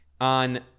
on